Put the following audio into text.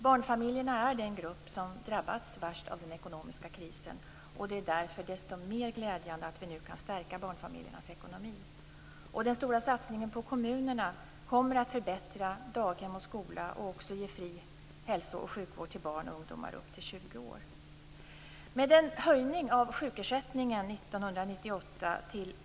Barnfamiljerna är den grupp som drabbats värst av den ekonomiska krisen. Det är därför desto mer glädjande att vi nu kan stärka barnfamiljernas ekonomi. Den stora satsningen på kommunerna kommer att förbättra daghem och skola. Den kommer också att ge fri hälso och sjukvård till barn och ungdomar upp till 20 år.